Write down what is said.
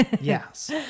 Yes